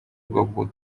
bwo